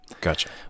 Gotcha